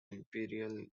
imperial